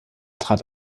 trat